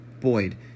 Boyd